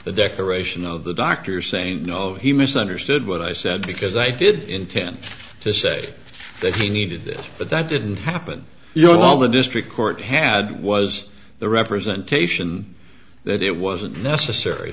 the declaration of the doctor saying no he misunderstood what i said because i did intend to say that he needed it but that didn't happen you know all the district court had was the representation that it wasn't necessary